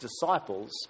disciples